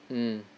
mm